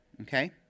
okay